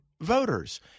Voters